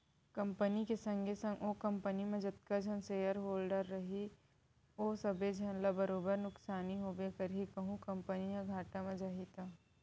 company के संगे संग ओ कंपनी म जतका झन सेयर होल्डर रइही ओ सबे झन ल बरोबर नुकसानी होबे करही कहूं कंपनी ह घाटा म जाही त